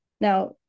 Now